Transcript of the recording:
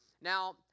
now